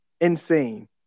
insane